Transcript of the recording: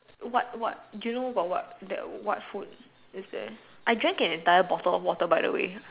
what what do you know got the what food is there I drank an entire bottle of water by the way